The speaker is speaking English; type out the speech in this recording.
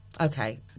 Okay